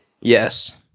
Yes